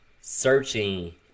searching